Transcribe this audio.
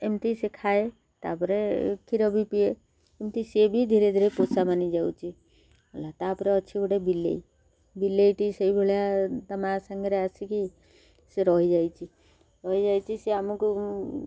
ଏମିତି ସେ ଖାଏ ତା'ପରେ କ୍ଷୀର ବି ପିଏ ଏମିତି ସିଏ ବି ଧୀରେ ଧୀରେ ପୋଷା ମାନି ଯାଉଛି ହେଲା ତା'ପରେ ଅଛି ଗୋଟେ ବିଲେଇ ବିଲେଇଟି ସେଇଭଳିଆ ତା ମା ସାଙ୍ଗରେ ଆସିକି ସେ ରହିଯାଇଛି ରହିଯାଇଛି ସେ ଆମକୁ